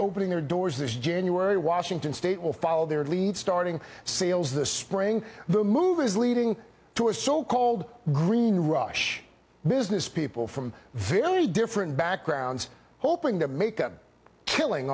opening their doors this january washington state will follow their lead starting sales the spring the move is leading to a so called green rush business people from very different backgrounds hoping to make a killing